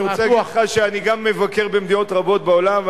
אני רוצה להגיד לך שאני גם מבקר במדינות רבות בעולם,